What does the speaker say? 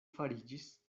fariĝis